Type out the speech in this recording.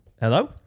Hello